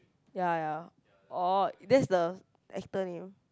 ya ya oh that's the actor name